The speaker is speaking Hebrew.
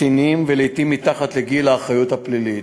קטינים ולעתים מתחת לגיל האחריות הפלילית.